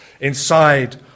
inside